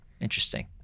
Interesting